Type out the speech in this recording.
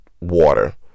water